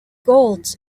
golds